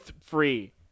free